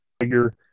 figure